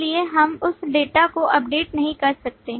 इसलिए हम उस डेटा को अपडेट नहीं कर सकते